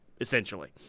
essentially